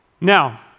Now